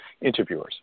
interviewers